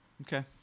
Okay